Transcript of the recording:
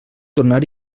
tornar